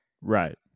right